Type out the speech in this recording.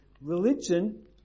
Religion